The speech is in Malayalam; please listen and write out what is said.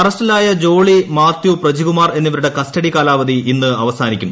അറസ്റ്റിലായ ജോളി മാത്യു പ്രജികുമാർ എന്നിവരുടെ കസ്റ്റഡി കാലാവധി അവസാനിക്കും